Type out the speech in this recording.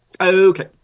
Okay